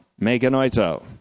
Meganoito